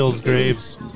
graves